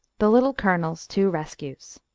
the little colonel's two rescues.